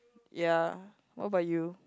ya what about you